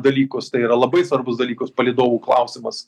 dalykus tai yra labai svarbus dalykus palydovų klausimas